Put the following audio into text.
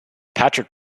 patrick